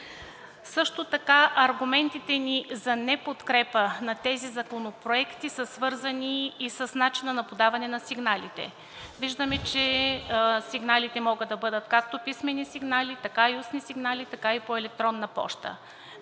Също така аргументите ни за неподкрепа на тези законопроекти са свързани и с начина на подаване на сигналите. Виждаме, че сигналите могат да бъдат както писмени сигнали, така и устни сигнали, така и по-електронна поща.